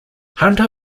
hunter